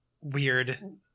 weird